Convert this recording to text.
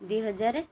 ଦୁଇ ହଜାର